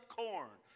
corn